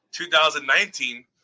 2019